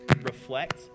reflect